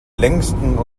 längsten